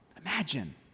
Imagine